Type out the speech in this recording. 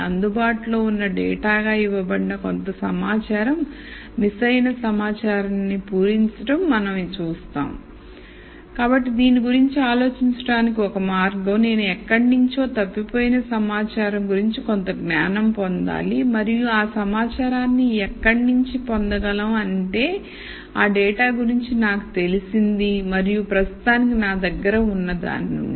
అందుబాటులో ఉన్నడేటా గా ఇవ్వబడిన కొంత సమాచారం మిస్సయిన సమాచారాన్ని పూరించడం మనం చూస్తాం కాబట్టి దీని గురించి ఆలోచించడానికి ఒక మార్గం నేను ఎక్కడి నుంచో తప్పిపోయిన సమాచారం గురించి కొంత జ్ఞానం పొందాలి మరియు ఆ సమాచారాన్ని ఎక్కడినుంచి పొందగలం అంటే ఆ డేటా గురించి నాకు తెలిసింది మరియు ప్రస్తుతానికి నా దగ్గర ఉన్న దాని నుండి